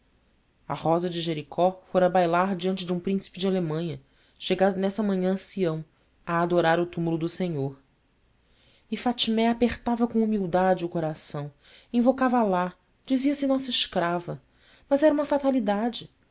a rosa de jericó fora bailar diante de um príncipe de alemanha chegado nessa manhã a sião a adorar o túmulo do senhor e fatmé apertava com humildade o coração invocava alá dizia-se nossa escrava mas era uma fatalidade